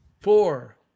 four